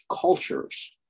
cultures